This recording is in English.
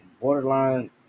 borderline